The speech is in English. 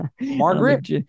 Margaret